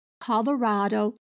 colorado